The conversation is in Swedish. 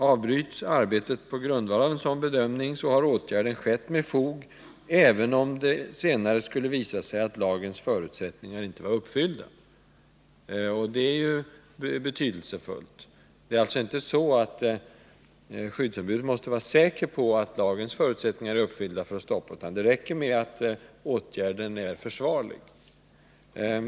Avbryts arbetet på grundval av en sådan bedömning, har åtgärden skett med fog även om det i efterhand skulle visa sig att lagens förutsättningar inte var uppfyllda.” Detta är betydelsefullt. Det är alltså inte så att skyddsombudet först måste vara säker på att lagens förutsättningar är uppfyllda för att kunna stoppa arbetet, utan det räcker med att åtgärden är försvarlig.